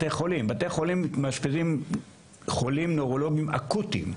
בתי חולים מאשפזים חולים נוירולוגים אקוטיים,